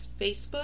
Facebook